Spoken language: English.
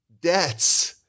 debts –